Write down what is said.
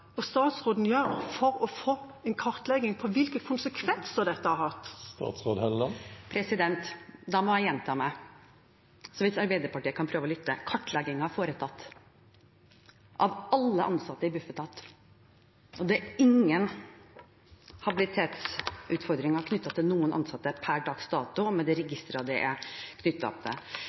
og statsråden foreta for å få en kartlegging av hvilke konsekvenser dette har hatt? Da må jeg gjenta meg selv, så hvis Arbeiderpartiet kan prøve å lytte: Kartlegging er foretatt av alle ansatte i Bufetat. Det er per dags dato ingen habilitetsutfordringer knyttet til noen ansatte